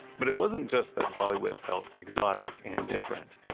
but, it wasn't just that bollywood felt exotic and different.